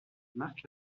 marc